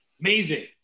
Amazing